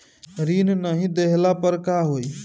ऋण नही दहला पर का होइ?